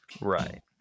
Right